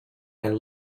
and